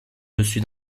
dessus